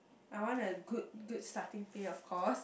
I want a good good starting pay of course